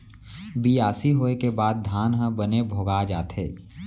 बियासी होय के बाद धान ह बने भोगा जाथे